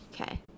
Okay